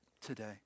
today